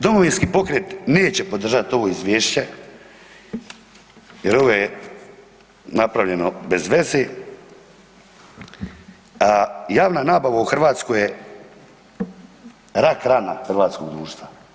Domovinski pokret neće podržat ovo izvješće jer ovo je napravljeno bezveze a javna nabava u Hrvatskoj je rak rana hrvatskog društva.